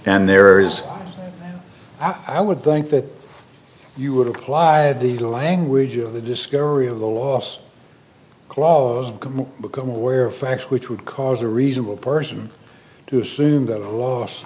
and there is i would think that you would apply the language of the discovery of the loss clause become aware of facts which would cause a reasonable person to assume that